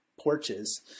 porches